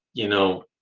you know,